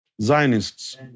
Zionists